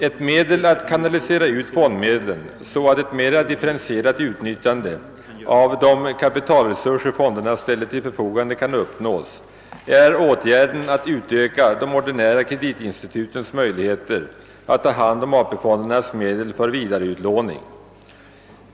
Ett medel att kanalisera ut fondmedlen, så att ett mera differentierat utnyttjande av de kapitalresurser fonderna ställer till förfogande kan uppnås, är åtgärden att utöka de ordinära kreditinstitutens möjligheter att ta hand om AP-fondernas medel för vidareutlåning.